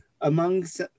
amongst